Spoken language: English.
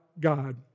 God